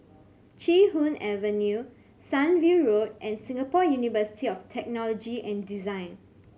Chee Hoon Avenue Sunview Road and Singapore University of Technology and Design